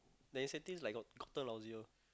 the incentives like got gotten lousier